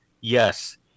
yes